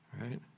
right